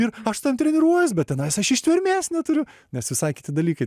ir aš ten treniruojuos bet tenais aš ištvermės neturiu nes visai kiti dalykai